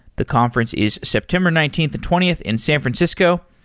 the conference is september nineteenth and twentieth in san francisco.